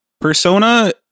Persona